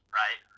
right